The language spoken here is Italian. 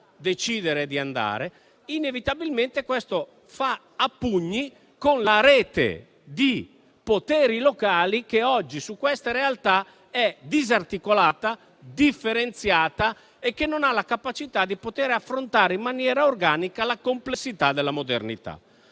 decidere di andare; questo inevitabilmente fa a pugni con la rete di poteri locali che oggi su queste realtà è disarticolata, differenziata e non ha la capacità di affrontare in maniera organica la complessità della modernità.